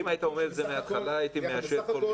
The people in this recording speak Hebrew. אם היית אומר את זה מההתחלה, הייתי מאשר הכול.